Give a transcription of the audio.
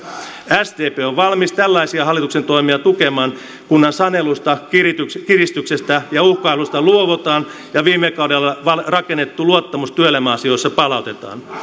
sdp on on valmis tällaisia hallituksen toimia tukemaan kunhan sanelusta kiristyksestä kiristyksestä ja uhkailusta luovutaan ja viime kaudella rakennettu luottamus työelämäasioissa palautetaan